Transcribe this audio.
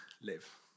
live